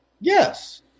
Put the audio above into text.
Yes